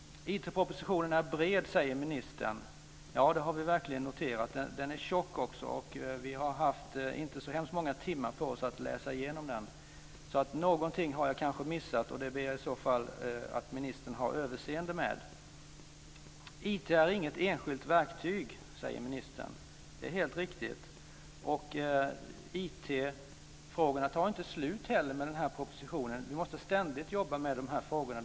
IT-propositionen är bred, säger ministern. Ja, det har vi verkligen noterat. Den är tjock också, och vi har inte haft så många timmar på oss att läsa igenom den. Jag kanske har missat något, och jag ber i så fall att ministern har överseende med det. IT är inget enskilt verktyg, säger ministern. Det är helt riktigt. IT-frågorna tar inte heller slut i och med den här propositionen. Vi måste ständigt jobba med de här frågorna.